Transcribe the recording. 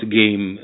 game